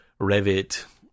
Revit